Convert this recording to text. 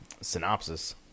synopsis